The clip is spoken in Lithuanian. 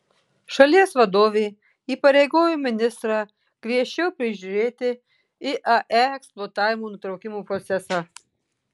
šalies vadovė įpareigojo ministrą griežčiau prižiūrėti iae eksploatavimo nutraukimo procesą